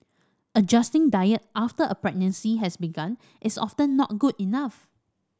adjusting diet after a pregnancy has begun is often not good enough